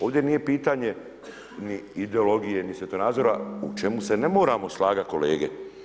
Ovdje nije pitanje ni ideologije ni svjetonazora, u čemu se ne moramo slagati kolege.